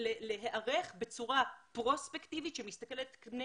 להיערך בצורה פרוספקטיבית שמסתכלת פני